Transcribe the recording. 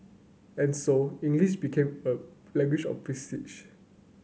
and so English became a language of prestige